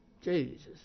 Jesus